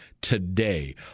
today